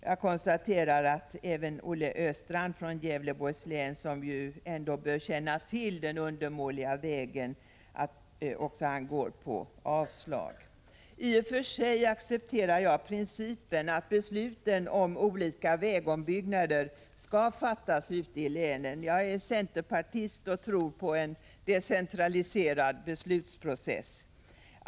Jag konstaterar att även Olle Östrand från Gävleborgs län, som ju ändå bör känna till den undermåliga vägen, går på avslag. I och för sig accepterar jag principen att besluten om olika vägombyggnader skall fattas ute i länen. Jag är centerpartist och tror på en decentraliserad beslutsprocess.